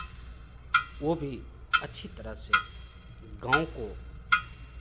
वो भी अच्छी तरह से गाँव को